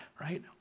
right